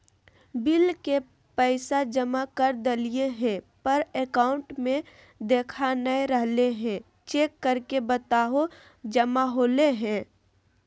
Bill के पैसा जमा कर देलियाय है पर अकाउंट में देखा नय रहले है, चेक करके बताहो जमा होले है?